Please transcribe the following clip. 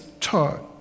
taught